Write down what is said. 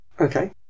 Okay